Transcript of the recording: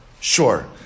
sure